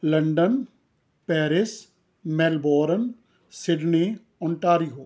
London Paris Melbourne Sydney Ontario